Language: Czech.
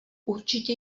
určitě